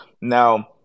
now